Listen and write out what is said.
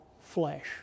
flesh